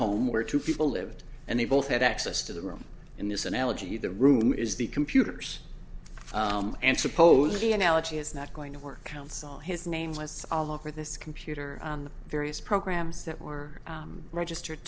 home where two people lived and they both had access to the room in this analogy the room is the computers and supposedly analogy is not going to work out saw his name was all over this computer on the various programs that were registered